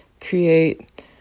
create